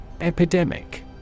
Epidemic